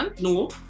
no